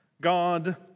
God